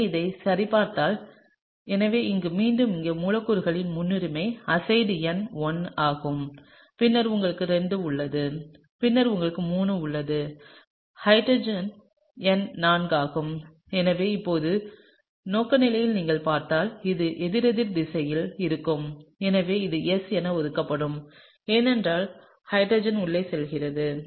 எனவே அதைச் சரிபார்க்கலாம் எனவே இங்கே மீண்டும் இங்கே மூலக்கூறின் முன்னுரிமை அசைடு எண் 1 ஆகும் பின்னர் உங்களுக்கு 2 உள்ளது பின்னர் உங்களுக்கு 3 உள்ளது ஹைட்ரஜன் எண் 4 ஆகும் எனவே இப்போது நோக்குநிலையை நீங்கள் பார்த்தால் இது எதிரெதிர் திசையில் இருக்கும் எனவே இது S என ஒதுக்கப்படும் ஏனென்றால் ஹைட்ரஜன் உள்ளே செல்கிறது